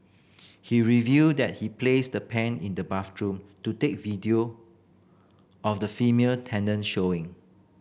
he revealed that he placed the pen in the bathroom to take video of the female tenant showering